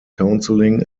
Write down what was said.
counseling